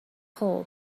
خوب